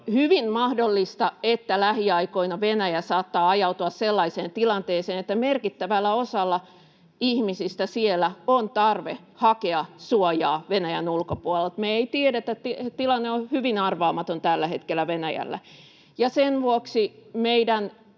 On hyvin mahdollista, että lähiaikoina Venäjä saattaa ajautua sellaiseen tilanteeseen, että merkittävällä osalla ihmisistä siellä on tarve hakea suojaa Venäjän ulkopuolelta. Me emme tiedä, tilanne on hyvin arvaamaton tällä hetkellä Venäjällä. Ja sen vuoksi, kun